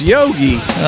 Yogi